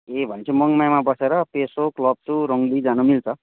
ए भनेपछि मङमायामा बसेर पेसोक लप्चू रङ्गली जान मिल्छ